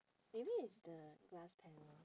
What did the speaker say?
maybe it's the glass panel